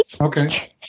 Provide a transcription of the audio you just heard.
okay